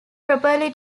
properly